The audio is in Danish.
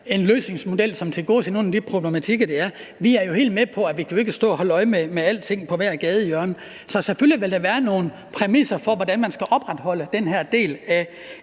en løsningsmodel, som tilgodeser nogle af de problematikker, der er her. Vi er helt med på, at man jo ikke kan stå og holde øje med alting på hvert gadehjørne, så selvfølgelig vil der være nogle præmisser for, hvordan man skal opretholde den her del